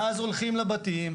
ואז הולכים לבתים,